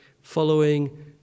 following